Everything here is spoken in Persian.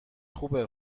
خوبه